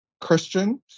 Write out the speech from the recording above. Christian